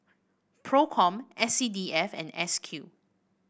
Procom S C D F and S Q